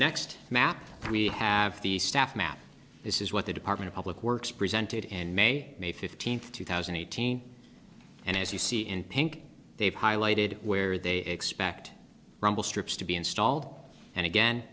next map we have the staff map this is what the department of public works presented and may may fifteenth two thousand and eighteen and as you see in pink they've highlighted where they expect rumble strips to be installed and again